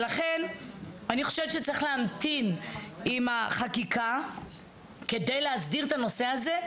אני חושבת שצריך להמתין עם החקיקה כדי להסדיר את הנושא הזה.